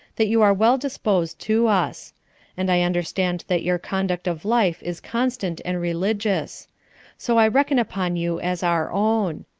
that you are well-disposed to us and i understand that your conduct of life is constant and religious so i reckon upon you as our own.